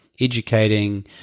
Educating